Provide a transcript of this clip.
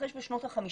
שהתרחש בשנות ה-50.